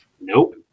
Nope